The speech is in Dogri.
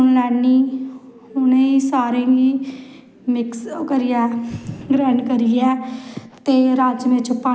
लोह्ड़ी गी अस रातीं लोह्ड़ी मंगदे जिसलै फिरी बच्चें गी अर्घ दिंदे सारे जने घरा दा टब्बर